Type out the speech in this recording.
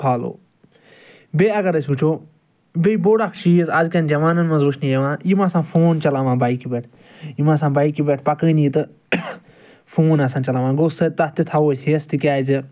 follow بیٚیہِ اَگر أسۍ وُچھَو بیٚیہِ بوٚڈ اَکھ چیٖز أزۍ کیٚن جوانَن منٛز وُچھنہٕ یِوان یِم آسان فون چلاوان بایکہِ پٮ۪ٹھ یِم آسان بایکہِ پٮ۪ٹھ پکٲنی تہٕ فون آسان چلاوان گوٚو سٔہ تَتھ تہِ تھاوَو ہٮ۪س تِکیٛازِ